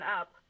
up